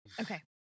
Okay